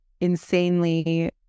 insanely